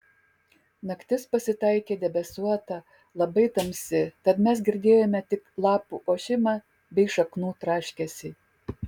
naktis pasitaikė debesuota labai tamsi tad mes girdėjome tik lapų ošimą bei šaknų traškesį